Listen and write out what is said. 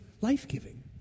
life-giving